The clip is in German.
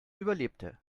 überlebte